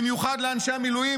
במיוחד לאנשי המילואים,